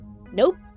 Nope